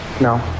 no